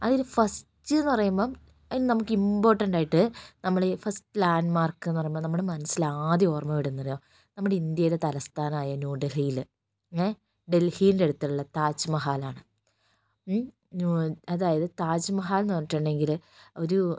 അതില് ഫസ്റ് എന്ന് പറയുമ്പം അതില് നമുക്ക് ഇമ്പോർട്ടന്റായിട്ട് നമ്മള് ഫസ്ററ് ലാൻഡ്മാർക്ക് എന്ന് പറയുമ്പം നമ്മളുടെ മനസ്സിലാദ്യം ഓർമ്മവരുന്നത് നമ്മുടെ ഇന്ത്യയുടെ തലസ്ഥാനമായ ന്യൂ ഡൽഹിയില് ഏഹ് ഡൽഹിൻ്റെ അടുത്തുള്ള താജ്മഹലാണ് അതായത് താജ്മഹൽ എന്ന് പറഞ്ഞിട്ടുണ്ടെങ്കില് ഒരു